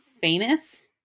famous